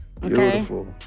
Beautiful